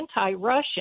anti-russian